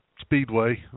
Speedway